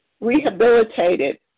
rehabilitated